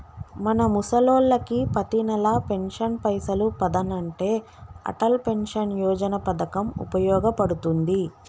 మన ముసలోళ్ళకి పతినెల పెన్షన్ పైసలు పదనంటే అటల్ పెన్షన్ యోజన పథకం ఉపయోగ పడుతుంది